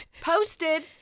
posted